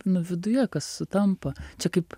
nu viduje kas sutampa čia kaip